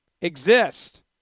exist